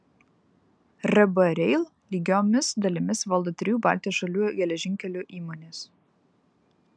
rb rail lygiomis dalimis valdo trijų baltijos šalių geležinkelių įmonės